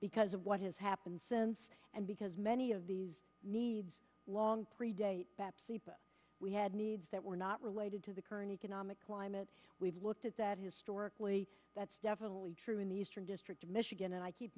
because of what has happened since and because many of the needs long predate we had needs that were not related to the current economic climate we've looked at that historically that's definitely true in the eastern district of michigan